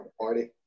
party